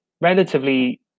relatively